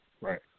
Right